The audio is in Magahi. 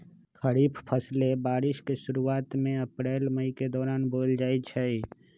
खरीफ फसलें बारिश के शुरूवात में अप्रैल मई के दौरान बोयल जाई छई